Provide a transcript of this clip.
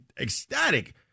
ecstatic